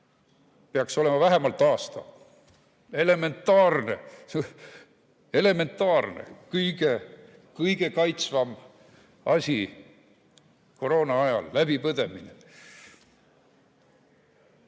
peaks olema vähemalt aasta. Elementaarne. Elementaarne! Kõige kaitsvam asi koroona ajal on haiguse